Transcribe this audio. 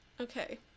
Okay